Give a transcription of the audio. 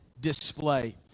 display